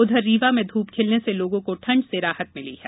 उधर रीवा में धूप खिलने से लोगों को ठंड से राहत मिली है